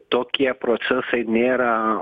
tokie procesai nėra